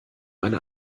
eine